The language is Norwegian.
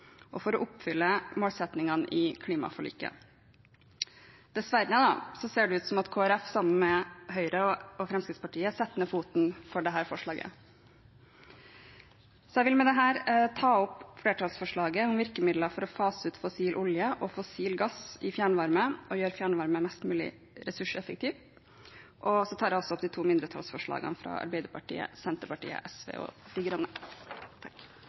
effektiv, for å oppfylle målsettingene i klimaforliket. Dessverre ser det ut til at Kristelig Folkeparti, sammen med Høyre og Fremskrittspartiet, setter ned foten for dette forslaget. Jeg vil med dette anbefale flertallsforslaget om virkemidler for å fase ut fossil olje og fossil gass i fjernvarme og gjøre fjernvarme mest mulig ressurseffektiv. Jeg tar også opp de to mindretallsforslagene fra Arbeiderpartiet, Senterpartiet, SV og De Grønne.